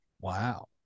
Wow